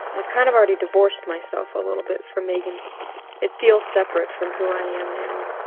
i've kind of already divorced myself a little bit from megan it feels separate from who i am now